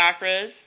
chakras